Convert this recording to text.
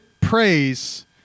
praise